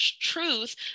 truth